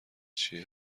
چیه